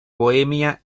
bohemia